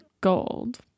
Gold